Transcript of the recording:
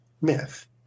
myth